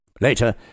Later